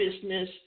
business